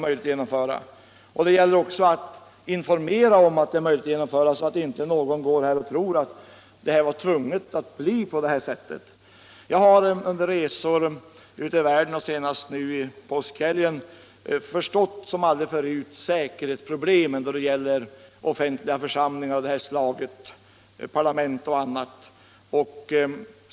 Det gäller också att informera om att det förslaget är möjligt att genomföra. så att inte någon går och tror att det var nödvändigt att göra på det här sättet. Jag har under resor ute i världen — senast under påskhelgen — insett säkerhetsproblemens stora betydelse för offentliga församlingar av det här slaget.